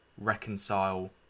reconcile